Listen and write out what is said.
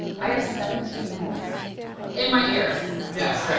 i have seventeen holes in my ears. yes, thank